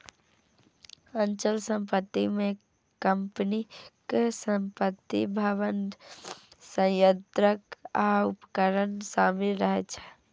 अचल संपत्ति मे कंपनीक संपत्ति, भवन, संयंत्र आ उपकरण शामिल रहै छै